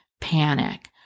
panic